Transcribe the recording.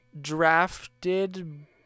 drafted